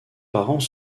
parents